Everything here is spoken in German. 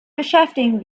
beschäftigen